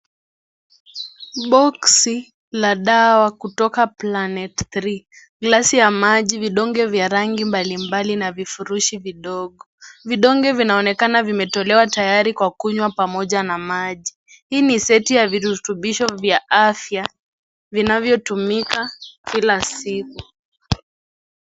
Box la dawa kutika planet 3 glesi ya maji vidonge vya rangi mbalimbali na vifurushi vidogo vidonge vinaonekana vimetolewa tayari kwa kunywa pamoja na maji. Hii ni seti ya viruthubisho vya afya vinavyotumika kila siku.